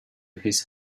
his